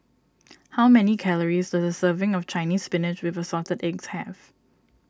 how many calories does a serving of Chinese Spinach with Assorted Eggs have